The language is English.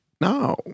No